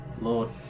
Lord